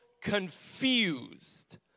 confused